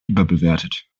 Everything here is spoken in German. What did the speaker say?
überbewertet